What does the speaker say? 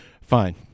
fine